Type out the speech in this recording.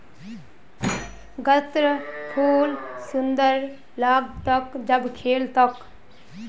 गत्त्रर फूल सुंदर लाग्तोक जब खिल तोक